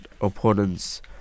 opponents